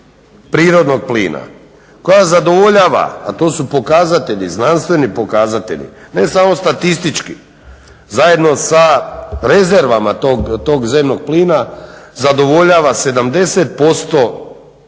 prirodnog plina koja zadovoljava a to su pokazatelji, znanstveni pokazatelji, ne samo statistički zajedno sa rezervama tog zemnog plina zadovoljava 70% potrebe